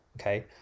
okay